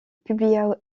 publia